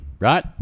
Right